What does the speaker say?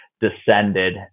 descended